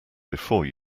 before